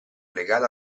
legata